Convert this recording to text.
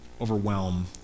overwhelm